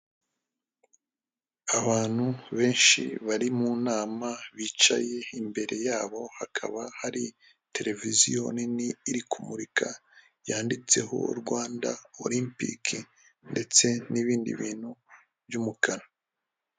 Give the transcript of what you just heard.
Abantu benshi bari mu nama bicaye, imbere yabo hakaba hari televiziyo nini iri kumurika, yanditseho Rwanda orempike, ndetse n'ibindi bintu by'umukara.